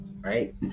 right